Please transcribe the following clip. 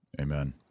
Amen